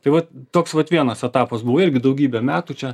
tai vat toks vat vienas etapas buvo irgi daugybę metų čia